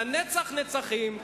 לנצח נצחים.